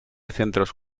centros